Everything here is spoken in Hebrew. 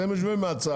אתם יושבים מהצד.